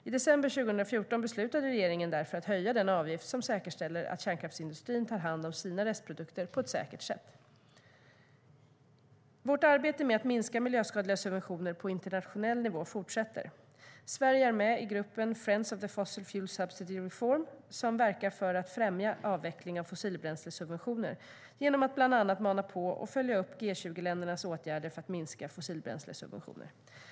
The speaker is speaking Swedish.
I december 2014 beslutade regeringen därför att höja den avgift som säkerställer att kärnkraftsindustrin tar hand om sina restprodukter på ett säkert sätt. Vårt arbete med att minska miljöskadliga subventioner på internationell nivå fortsätter. Sverige är med i gruppen Friends of Fossil-Fuel Subsidy Reform som verkar för att främja avvecklingen av fossilbränslesubventioner genom att bland annat mana på och följa upp G20-ländernas åtgärder för att minska fossilbränslesubventioner.